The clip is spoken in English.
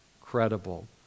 credible